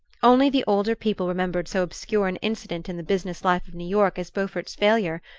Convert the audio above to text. only the older people remembered so obscure an incident in the business life of new york as beaufort's failure,